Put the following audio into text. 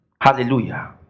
Hallelujah